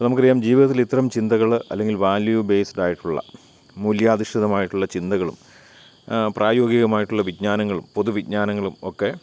ഇപ്പം നമുക്കറിയാം ജീവിതത്തിൽ ഇത്തരം ചിന്തകൾ അല്ലെങ്കിൽ വാല്യൂ ബേസ്ഡ് ആയിട്ടുള്ള മൂല്യാധിഷ്ടിതമായിട്ടുള്ള ചിന്തകളും പ്രായോഗികമായിട്ടുള്ള വിജ്ഞാനങ്ങളും പൊതുവിജ്ഞാനങ്ങളും ഒക്കെ